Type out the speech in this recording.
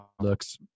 looks